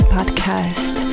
Podcast